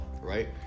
right